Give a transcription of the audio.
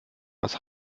was